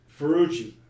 Ferrucci